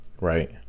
right